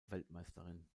weltmeisterin